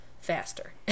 faster